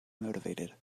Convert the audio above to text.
motivated